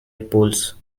poles